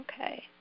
Okay